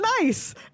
nice